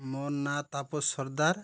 ମୋ ନାଁ ତାପସ ସର୍ଦାର୍